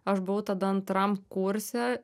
aš buvau tada antram kurse